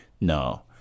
No